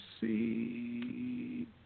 see